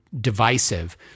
divisive